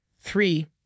Three